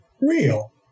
real